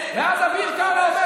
חס וחלילה.